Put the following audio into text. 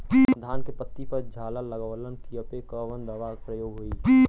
धान के पत्ती पर झाला लगववलन कियेपे कवन दवा प्रयोग होई?